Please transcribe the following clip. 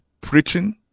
preaching